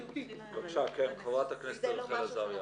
בקשה, חברת הכנסת רחל עזריה.